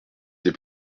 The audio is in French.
des